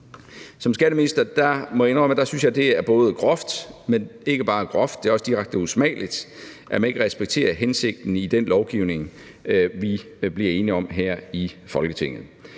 Som skatteminister må jeg indrømme, at jeg synes, at det både er groft, men også direkte usmageligt, at man ikke respekterer hensigten i den lovgivning, vi bliver enige om her i Folketinget.